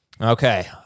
Okay